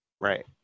right